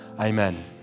Amen